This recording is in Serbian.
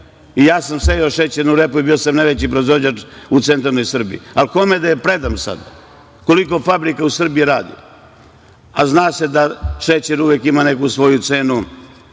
I ja sam sejao šećernu repu, bio sam najveći proizvođač u centralnoj Srbiji. Ali, kome da je predam sada? Koliko fabrika u Srbiji radi? Zna se da šećer ima uvek neku svoju